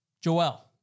Joel